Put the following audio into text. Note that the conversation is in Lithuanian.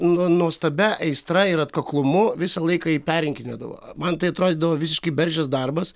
nu nuostabia aistra ir atkaklumu visą laiką jį perrinkinėdavo man tai atrodydavo visiškai bergždžias darbas